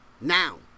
now